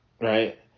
right